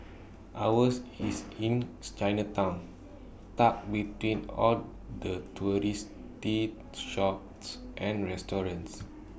ours is in Chinatown tucked between all the touristy the shops and restaurants